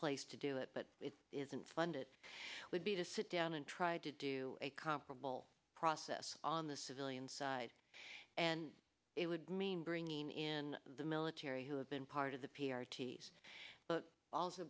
place to do it but it isn't funded it would be to sit down and try to do a comparable process on the civilian side and it would mean bringing in the military who have been part of the p r ts but also